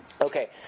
okay